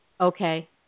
Okay